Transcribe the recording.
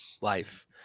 life